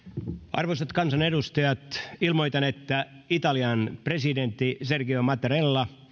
arvoisat kansanedustajat ilmoitan että italian presidentti sergio mattarella